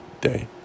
day